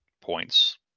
points